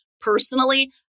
Personally